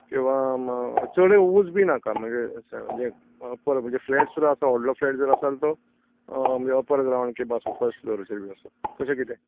किंवां म चडुय उंच बी नाका म्हणजे स पर म्हणजे फ्लॅट सुद्दां वडलो फ्लेट आसा जाल्यार तो म्हणजे अपर ग्रावंड किंवां फस्ट फ्लॉर अशें कितें